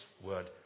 word